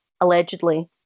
allegedly